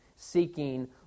seeking